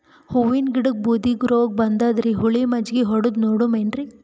ಹೂವಿನ ಗಿಡಕ್ಕ ಬೂದಿ ರೋಗಬಂದದರಿ, ಹುಳಿ ಮಜ್ಜಗಿ ಹೊಡದು ನೋಡಮ ಏನ್ರೀ?